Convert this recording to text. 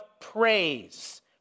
praise